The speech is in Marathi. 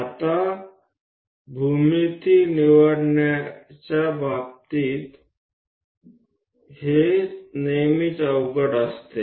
आता भूमिती निवडण्याच्या बाबतीत हे नेहमीच अवघड असते